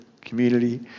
community